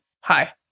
hi